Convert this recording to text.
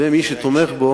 ומי שתומך בו